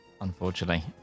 Unfortunately